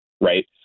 right